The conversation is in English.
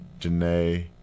Janae